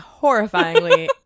horrifyingly